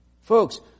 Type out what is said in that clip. Folks